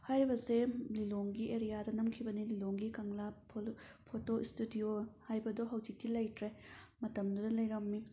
ꯍꯥꯏꯔꯤꯕꯁꯦ ꯂꯤꯂꯣꯡꯒꯤ ꯑꯦꯔꯤꯌꯥꯗ ꯅꯝꯈꯤꯕꯅꯦ ꯂꯤꯂꯣꯡꯒꯤ ꯀꯪꯂꯥ ꯐꯣꯇꯣ ꯏꯁꯇꯨꯨꯗꯤꯑꯣ ꯍꯥꯏꯕꯗꯣ ꯍꯧꯖꯤꯛꯇꯤ ꯂꯩꯇ꯭ꯔꯦ ꯃꯇꯝꯗꯨꯗ ꯂꯩꯔꯝꯃꯤ